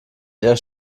eher